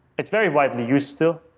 it's very widely used still.